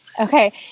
Okay